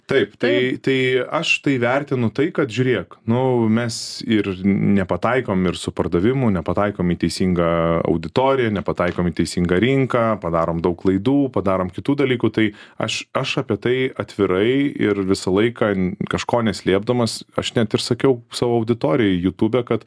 taip tai tai aš tai vertinu tai kad žiūrėk nu mes ir nepataikom ir su pardavimu nepataikom į teisingą auditoriją nepataikom į teisingą rinką padarom daug klaidų padarom kitų dalykų tai aš aš apie tai atvirai ir visą laiką kažko neslėpdamas aš net ir sakiau savo auditorijai jutūbe kad